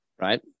Right